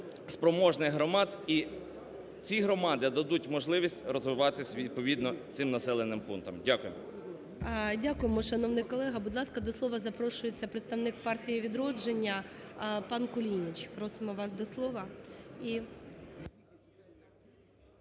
спроможних громад, і ці громади дадуть можливість розвиватись відповідно цим населеним пунктам. Дякую. ГОЛОВУЮЧИЙ. Дякуємо, шановний колега. Будь ласка, до слова запрошується представник "Партії "Відродження", пан Кулініч. Просимо вас до слова.